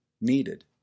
needed